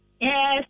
Yes